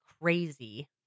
crazy